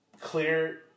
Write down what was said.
clear